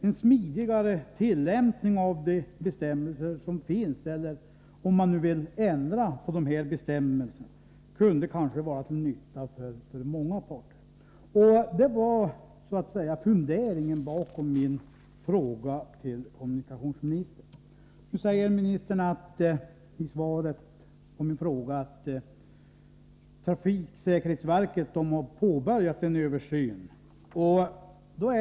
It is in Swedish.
En smidigare tillämpning av de bestämmelser som finns — eller ändrade bestämmelser — kunde kanske vara till nytta för många parter. Detta var funderingen bakom min fråga till kommunikationsministern. Ministern säger i svaret på min fråga att trafiksäkerhetsverket har påbörjat en översyn.